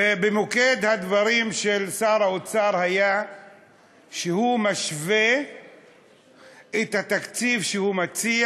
במוקד הדברים של שר האוצר היה שהוא משווה את התקציב שהוא מציע